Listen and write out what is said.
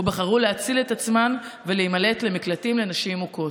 ובחרו להציל את עצמן ולהימלט למקלטים לנשים מוכות.